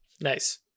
nice